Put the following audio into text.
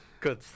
Good